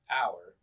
hour